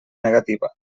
negativa